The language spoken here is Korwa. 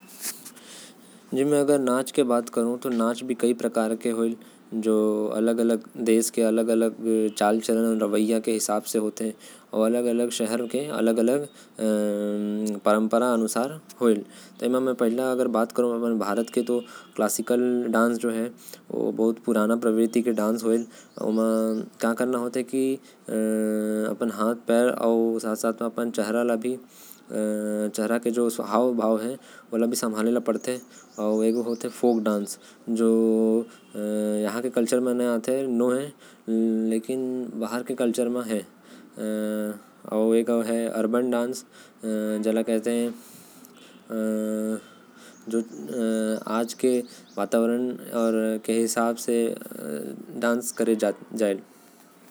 नाच भी बहिते प्रकार के होथे। जो अलग अलग देश अउ रवैया के हिसाब से होथे। नाच जो में जानथो ओ हवे कथक भरतनाट्यम। कथकली, मणिपुरी, ओडिसी, अउ कुचिपुडी।